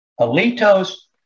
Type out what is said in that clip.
Alito's